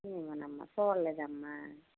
ఏమోనమ్మా చూడలేదమ్మా